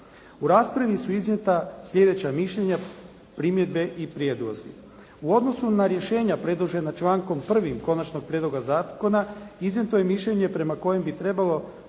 U raspravi su iznijeta sljedeća mišljenja, primjedbe i prijedlozi. U odnosu na rješenja predložena člankom 1. Konačnog prijedloga Zakona iznijeto je mišljenje prema kojem bi trebalo